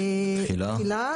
תחילה.